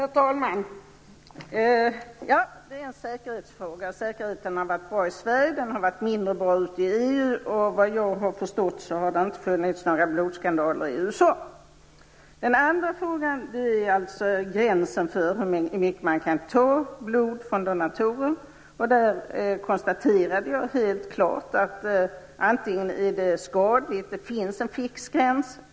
Herr talman! Ja, det är en säkerhetsfråga. Säkerheten har varit bra i Sverige. Den har varit mindre bra ute i EU. Såvitt jag har förstått har det inte skett några blodskandaler i USA. Den andra frågan gäller gränsen för hur mycket blod man kan ta från donatorer. Är det skadligt att ta för mycket blod måste det finnas en fix gräns.